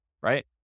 right